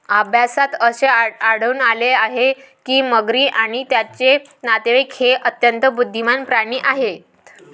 अभ्यासात असे आढळून आले आहे की मगरी आणि त्यांचे नातेवाईक हे अत्यंत बुद्धिमान प्राणी आहेत